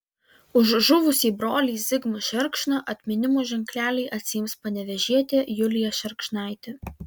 už žuvusį brolį zigmą šerkšną atminimo ženklelį atsiims panevėžietė julija šerkšnaitė